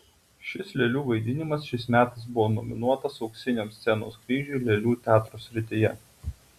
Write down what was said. šis lėlių vaidinimas šiais metais buvo nominuotas auksiniam scenos kryžiui lėlių teatro srityje